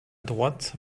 droite